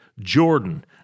Jordan